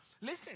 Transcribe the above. listen